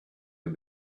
and